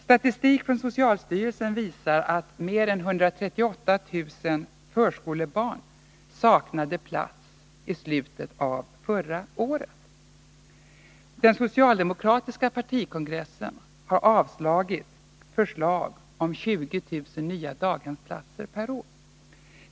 Statistik från socialstyrelsen visar att mer än 138 000 förskolebarn saknade plats i slutet av förra året. Den socialdemokratiska partikongressen har avslagit förslag om 20 000 nya daghemsplatser per år.